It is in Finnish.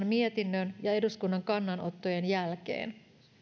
mietinnön ja eduskunnan kannanottojen jälkeen